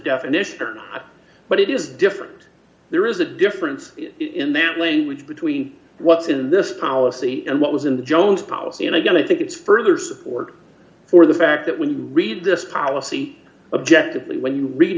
definition but it is different there is a difference in that language between what's in this policy and what was in the jones policy and again i think it's further support for the fact that when you read this policy objective when you read